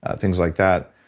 things like that.